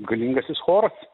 galingasis choras